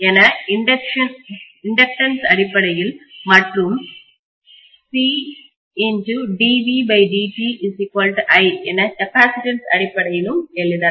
இது என இண்டக்டன்ஸ் அடிப்படையில் மற்றும் இது C என கெப்பாசிட்டன்ஸ் அடிப்படையிலும் எழுதலாம்